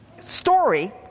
story